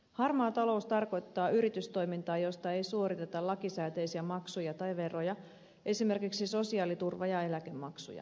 harmaa talous tarkoittaa yritystoimintaa josta ei suoriteta lakisääteisiä maksuja tai veroja esimerkiksi sosiaaliturva ja eläkemaksuja